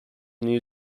new